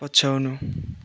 पछ्याउनु